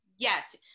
Yes